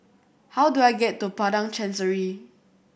how do I get to Padang Chancery